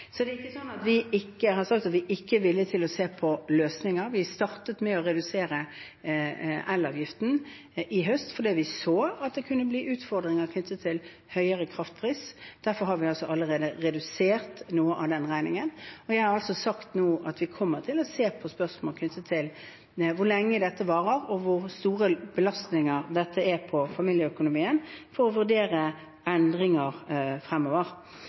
Vi har ikke sagt at vi ikke er villig til å se på løsninger. Vi startet med å redusere elavgiften i høst fordi vi så at det kunne bli utfordringer knyttet til høyere kraftpris. Derfor har vi allerede redusert noe av den regningen. Jeg har sagt nå at vi kommer til å se på spørsmål knyttet til hvor lenge dette varer, og hvor stor belastning det er for familieøkonomien, for å vurdere endringer fremover.